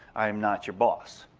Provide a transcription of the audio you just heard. i am not your boss.